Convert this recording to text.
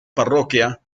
parroquia